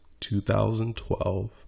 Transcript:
2012